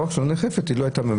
שלא נאכף, הוא גם לא היה במציאות,